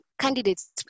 candidates